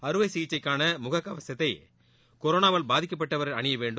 அறுவை சிகிச்சைக்கான் முக கவசத்தை கொரோனாவால் பாதிக்கப்பட்டவர் அணிய வேண்டும்